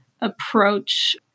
approach